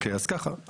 אז ככה,